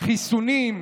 חיסונים.